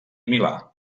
milà